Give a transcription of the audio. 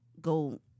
go